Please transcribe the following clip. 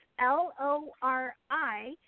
L-O-R-I